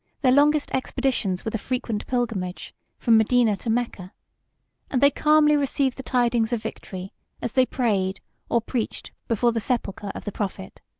their longest expeditions were the frequent pilgrimage from medina to mecca and they calmly received the tidings of victory as they prayed or preached before the sepulchre of the prophet.